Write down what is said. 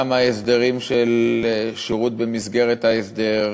גם ההסדרים של שירות במסגרת ההסדר,